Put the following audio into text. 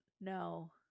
No